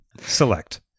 Select